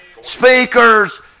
speakers